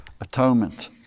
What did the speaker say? Atonement